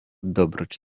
dobroć